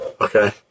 Okay